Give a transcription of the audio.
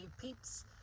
peeps